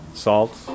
salt